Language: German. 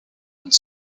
und